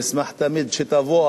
נשמח שתמיד תבואו,